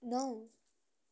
नौ